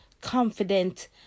confident